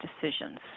decisions